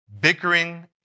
bickering